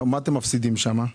מה אתם מפסידים שם?